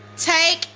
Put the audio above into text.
Take